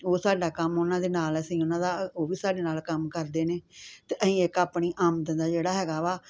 ਉਹ ਸਾਡਾ ਕੰਮ ਉਨ੍ਹਾਂ ਦੇ ਨਾਲ ਅਸੀਂ ਉਨ੍ਹਾਂ ਦਾ ਉਹ ਵੀ ਸਾਡੇ ਨਾਲ ਕੰਮ ਕਰਦੇ ਨੇ ਅਤੇ ਅਸੀਂ ਇੱਕ ਆਪਣੀ ਆਮਦਨ ਦਾ ਜਿਹੜਾ ਹੈਗਾ ਵਾ